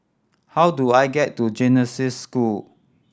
how do I get to Genesis School